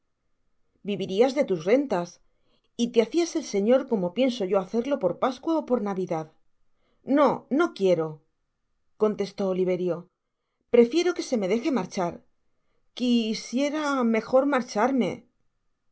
vivirias de tus rentas y te hacias el señor como pienso yo hacerlo por pascua ó por navidad no no quiero contestó oliverio prefiero que se me deje marchar qui sie ra mejor marcharme